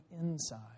inside